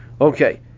Okay